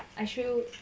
I feel you